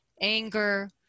anger